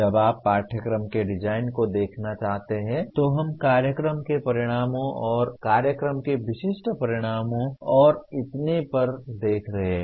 जब आप पाठ्यक्रम के डिजाइन को देखना चाहते हैं तो हम कार्यक्रम के परिणामों और कार्यक्रम के विशिष्ट परिणामों और इतने पर देख रहे हैं